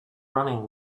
running